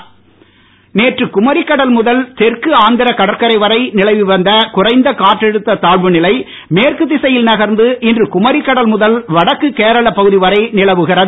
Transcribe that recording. மழை நேற்று குமரிக்கடல் முதல் தெற்கு ஆந்திர கடற்கரை வரை நிலவிவந்த குறைந்த காற்றழுத்த தாழ்வுநிலை மேற்கு திசையில் நகர்ந்து இன்று குமரிக்கடல் முதல் வடக்கு கேரளா பகுதிவரை நிலவுகிறது